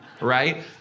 right